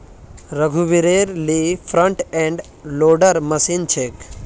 रघुवीरेल ली front end loader machine छेक